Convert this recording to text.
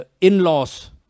in-laws